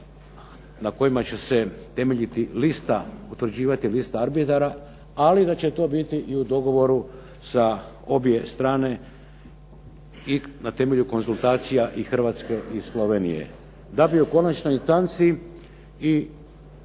na kojima će se temeljiti lista, utvrđivati lista arbitara, ali da će to biti i u dogovoru sa obje strane i na temelju konzultacija i Hrvatske i Slovenije. Da bi u konačnoj …/Govornik